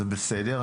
בסדר,